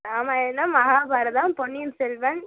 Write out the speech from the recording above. Ramayanam Mahabharatam Ponniyin Selvan